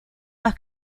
más